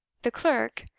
the clerk,